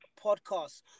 Podcast